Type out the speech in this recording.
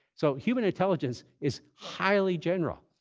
so human intelligence is highly general,